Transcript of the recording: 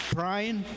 Brian